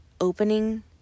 opening